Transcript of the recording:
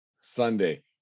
Sunday